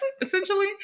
essentially